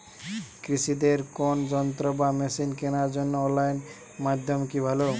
কৃষিদের কোন যন্ত্র বা মেশিন কেনার জন্য অনলাইন মাধ্যম কি ভালো?